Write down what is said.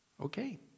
Okay